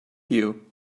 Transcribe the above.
you